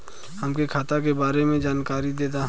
हमके खाता के बारे में जानकारी देदा?